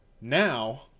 Now